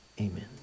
Amen